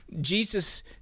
Jesus